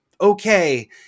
okay